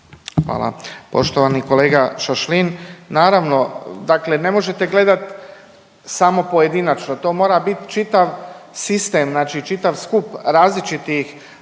Hvala. Poštovani kolega Šašlin, naravno dakle ne možete gledat samo pojedinačno to mora bit čitav sistem, znači čitav skup različitih aktivnosti